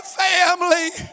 family